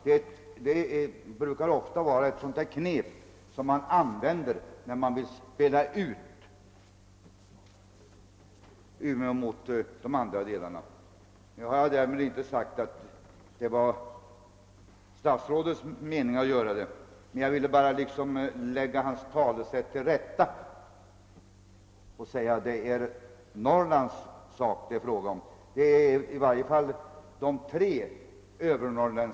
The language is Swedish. Det är ofta ett knep som man använder när man vill spela ut Umeå mot andra delar av Norrland. Därmed har jag inte sagt att det var statsrådets mening att göra detta, men jag har velat lägga till rätta hans uttalande och påpeka att det gäller Norrland — i varje fall gäller det tre län i övre Norrland.